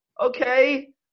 Okay